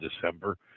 December